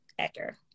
Ecker